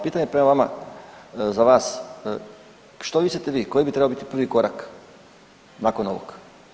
Pitanje prema vama, za vas, što mislite vi koji bi trebao biti prvi korak nakon ovog?